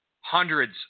hundreds